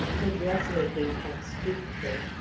her dressmaking had stooped her,